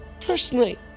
Personally